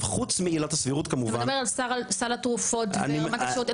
אתה מדבר על סל התרופות ורמת השירות,